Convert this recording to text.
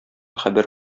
хәбәр